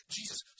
Jesus